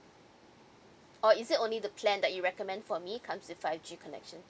or is it only the plan that you recommend for me comes with five G connection